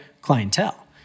clientele